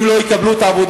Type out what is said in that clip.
אם לא יקבלו את העבודה,